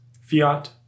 fiat